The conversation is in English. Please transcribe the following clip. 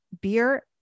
Beer